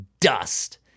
dust